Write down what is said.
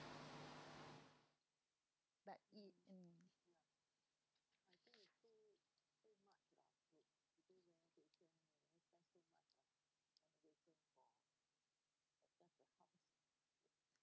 but in